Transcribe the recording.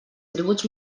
tributs